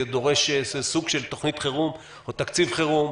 דורש סוג של תוכנית חירום או תקציב חירום,